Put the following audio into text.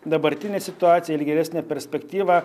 dabartinę situaciją ilgėlesnę perspektyvą